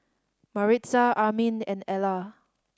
Maritza Armin and Ellar